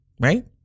right